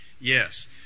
Yes